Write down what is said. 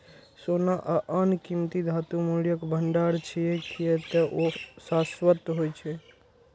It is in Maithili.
सोना आ आन कीमती धातु मूल्यक भंडार छियै, कियै ते ओ शाश्वत होइ छै